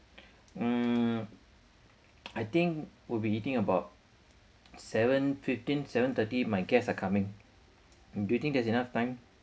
mm I think we'll be eating about seven fifteen seven thirty my guest are coming do you think there's enough time